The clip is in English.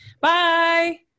Bye